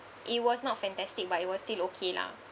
it was not fantastic but it was still okay lah